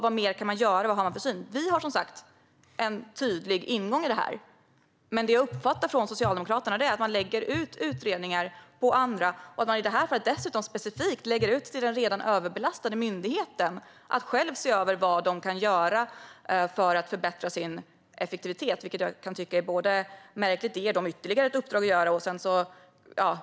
Vad mer kan man göra? Vad har de för syn på det? Vi har en tydlig ingång i detta. Vad jag uppfattar från Socialdemokraterna är att man lägger ut utredningar på andra. I det här fallet lägger man dessutom specifikt ut utredningen på den redan hårt belastade myndigheten att själv se över vad den kan göra för att förbättra sin effektivitet. Jag kan tycka att det är märkligt att ge den ytterligare ett uppdrag att göra.